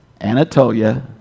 Anatolia